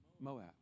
Moab